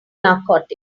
narcotic